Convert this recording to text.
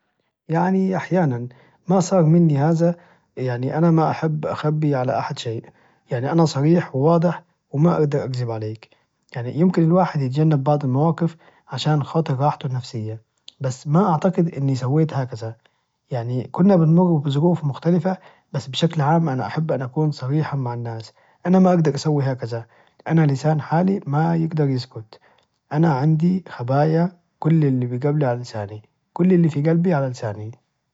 يعني أحيانا ما صار مني هذا يعني أنا ما أحب أخبي على احد شيء يعني انا صريح وواضح وما أجدر اكذب عليك يعني ممكن الواحد يتجنب بعض المواقف عشان خاطر راحته النفسية يعني بس ما اعتقد اني سويت هكذا يعني كلنا بنمر بظروف مختلفة بس بشكل عام انا احب ان اكون صريحا مع الناس انا ما أجدر اسوي هكذا انا لسان حالي ما يجدر يسكت انا عندي خبايا كل اللي في جبلي على لساني كل اللي جلبي على لساني